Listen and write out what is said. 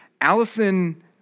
Allison